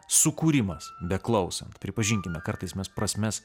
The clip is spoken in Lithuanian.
sukūrimas beklausant pripažinkime kartais mes prasmes